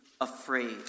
afraid